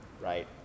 right